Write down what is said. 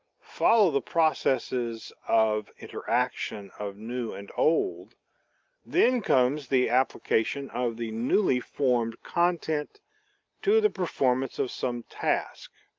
follow the processes of interaction of new and old then comes the application of the newly formed content to the performance of some task.